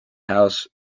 house